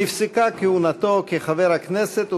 נפסקה כהונתו כחבר הכנסת,